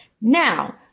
now